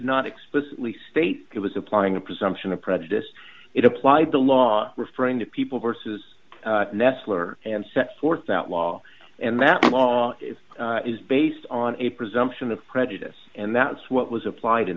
not explicitly state it was applying a presumption of prejudice it applied the law referring to people versus nestler and set forth that law and that law is based on a presumption of prejudice and that's what was applied in